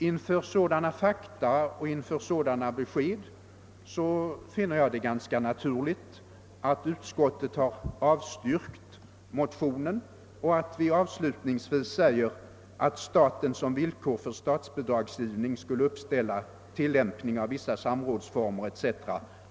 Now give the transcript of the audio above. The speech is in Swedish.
: Inför sådana fakta och sådana besked finner jag det ganska naturligt att utskottet har avstyrkt motionen och att vi avslutningsvis uttalar: »Att staten som villkor för statsbidragsgivning skulle uppställa tillämpning av vissa samrådsformer etc.